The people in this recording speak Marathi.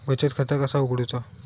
बचत खाता कसा उघडूचा?